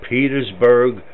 Petersburg